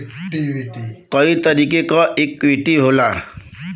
कई तरीके क इक्वीटी होला